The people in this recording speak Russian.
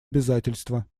обязательства